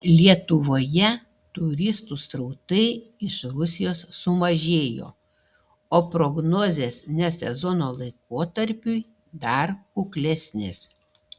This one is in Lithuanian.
lietuvoje turistų srautai iš rusijos sumažėjo o prognozės ne sezono laikotarpiui dar kuklesnės